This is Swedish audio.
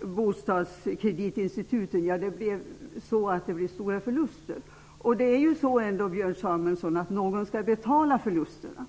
bostadskreditinstituten. Ja, det blev stora förluster. Och, Björn Samuelson, någon skall betala förlusterna.